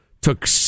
took